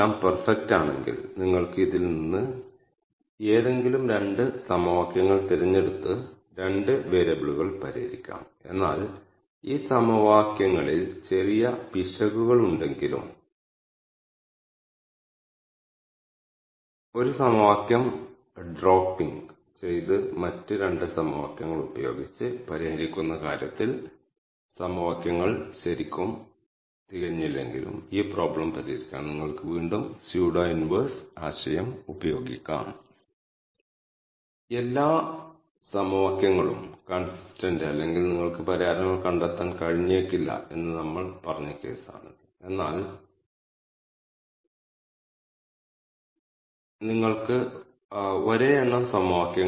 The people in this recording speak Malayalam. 46 16 30 വലുപ്പത്തിലുള്ള 3 ക്ലസ്റ്ററുകളായി ഡാറ്റ ക്ലസ്റ്റർ ചെയ്തിട്ടുണ്ടെന്നത് ആദ്യ റോ നിങ്ങൾക്ക് നൽകുന്നു നിങ്ങൾ ഇത് സമ്മറി ചെയ്താൽ നിങ്ങളുടെ ഡാറ്റ ഫ്രെയിമിലെ മൊത്തം വരികളുടെ എണ്ണം 91 ആയി നിങ്ങൾക്ക് ലഭിക്കും